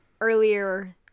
Earlier